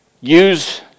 use